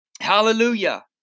Hallelujah